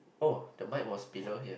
oh the mic was below here